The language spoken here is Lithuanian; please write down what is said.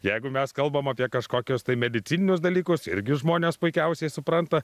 jeigu mes kalbam apie kažkokius tai medicininius dalykus irgi žmonės puikiausiai supranta